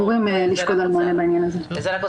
נכון, זה מצב